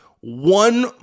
one